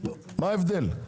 מה ההבדל?